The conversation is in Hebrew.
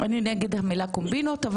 אני נגד המילה קומבינות.